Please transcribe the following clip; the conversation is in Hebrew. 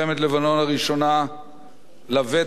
לבטח לא המלחמה ב-2006,